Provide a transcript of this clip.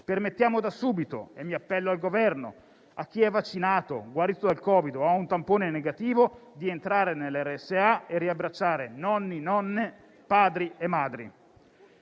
Permettiamo da subito - mi appello al Governo - a chi è vaccinato, guarito dal Covid o ha un tampone negativo di entrare nelle RSA e riabbracciare nonni, nonne, padri e madri.